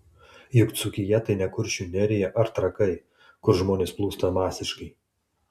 juk dzūkija tai ne kuršių nerija ar trakai kur žmonės plūsta masiškai